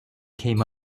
came